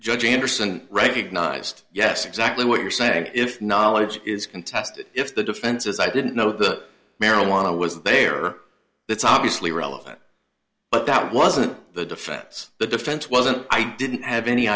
judge anderson recognized yes exactly what you're saying if knowledge is contested if the defense is i didn't know that marijuana was there that's obviously relevant but that wasn't the defense the defense wasn't i didn't have any